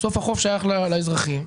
החוף שייך לאזרחים,